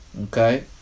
Okay